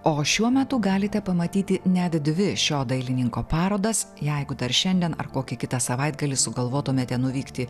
o šiuo metu galite pamatyti net dvi šio dailininko parodas jeigu dar šiandien ar kokį kitą savaitgalį sugalvotumėte nuvykti